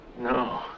No